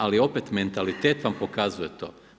Ali opet mentalitet vam pokazuje to.